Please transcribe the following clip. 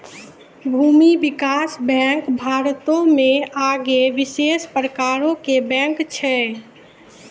भूमि विकास बैंक भारतो मे एगो विशेष प्रकारो के बैंक छै